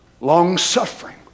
long-suffering